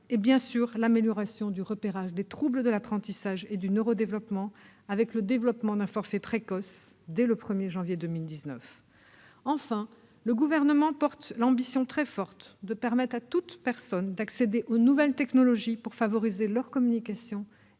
et, bien sûr, l'amélioration du repérage des troubles de l'apprentissage et du neurodéveloppement, avec le développement d'un « forfait intervention précoce » dès le 1 janvier 2019. Enfin, le Gouvernement affirme l'ambition très forte de permettre à toutes les personnes d'accéder aux nouvelles technologies pour favoriser leurs communications et leur autonomie.